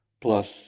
plus